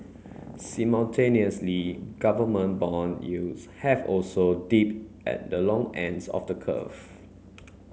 simultaneously government bond yields have also dipped at the long ends of the curve